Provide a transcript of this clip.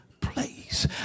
place